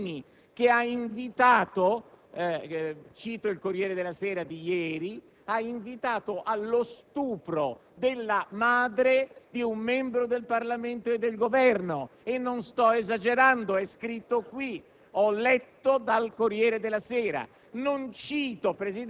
poi richiamare le dichiarazioni dell'ex sindaco Gentilini, il quale ha invitato - cito il «Corriere della Sera» di ieri - allo stupro della madre di un membro del Parlamento e del Governo; non sto esagerando, è scritto qui,